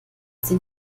sie